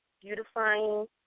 beautifying